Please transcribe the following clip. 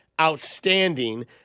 outstanding